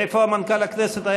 איפה מנכ"ל הכנסת?